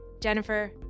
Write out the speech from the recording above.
Jennifer